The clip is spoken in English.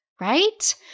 right